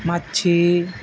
مچھلی